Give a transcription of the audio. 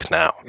now